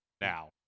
now